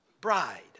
bride